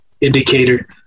indicator